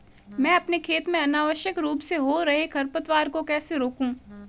मैं अपने खेत में अनावश्यक रूप से हो रहे खरपतवार को कैसे रोकूं?